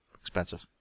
expensive